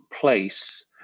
place